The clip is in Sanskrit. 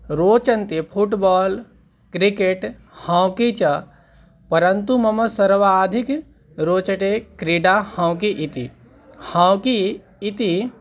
रोचन्ते फ़ुट्बाल् क्रिकेट् हाकि च परन्तु मम सर्वाधिकं रोचते क्रीडा हाकि इति हाकि इति